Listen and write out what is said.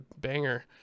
banger